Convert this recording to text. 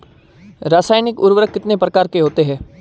रासायनिक उर्वरक कितने प्रकार के होते हैं?